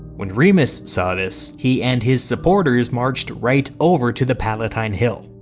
when remus saw this, he and his supporters marched right over to the palatine hill.